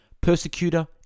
persecutor